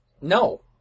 No